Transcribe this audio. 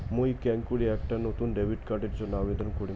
মুই কেঙকরি একটা নতুন ডেবিট কার্ডের জন্য আবেদন করিম?